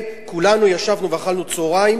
כולנו ישבנו ואכלנו צהריים,